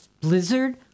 blizzard